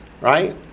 right